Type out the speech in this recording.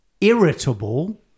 irritable